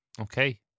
Okay